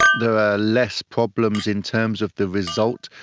there are less problems in terms of the result,